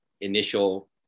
initial